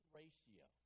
ratio